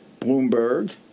Bloomberg